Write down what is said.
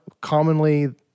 commonly